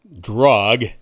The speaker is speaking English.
drug